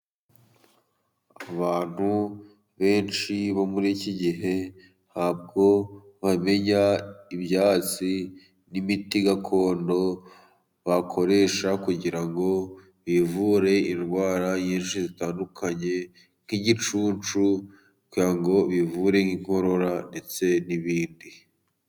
Abantu benshi bo muri iki gihe ,ntabwo bamenya ibyatsi n'imiti gakondo bakoresha kugira ngo bivure indwara nyinshi zitandukanye ,nk'igicunshu kugira ngo bivure inkorora ndetse n'ibindi.